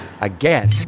again